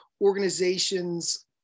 organizations